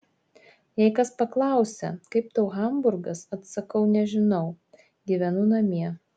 jei kas paklausia kaip tau hamburgas atsakau nežinau gyvenu namie